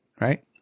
Right